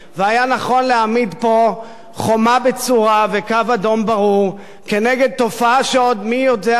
והיה נכון להעמיד פה חומה בצורה וקו אדום ברור נגד תופעה שעוד מי יודע,